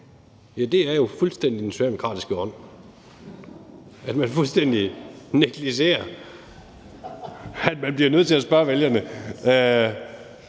Ja, det er jo fuldstændig i den socialdemokratiske ånd, at man fuldstændig negligerer, at man bliver nødt til at spørge vælgerne.